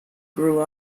grew